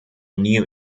new